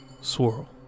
swirl